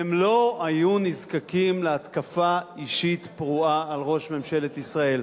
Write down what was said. הם לא היו נזקקים להתקפה אישית פרועה על ראש ממשלת ישראל.